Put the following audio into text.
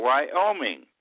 Wyoming